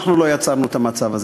אנחנו לא יצרנו את המצב הזה.